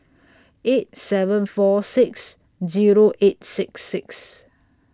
eight seven four six Zero eight six six